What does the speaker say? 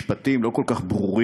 משפטים לא כל כך ברורים,